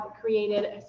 created